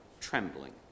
trembling